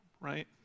right